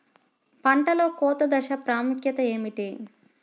పంటలో కోత దశ ప్రాముఖ్యత ఏమిటి?